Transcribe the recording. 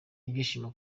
ibyishimo